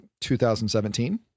2017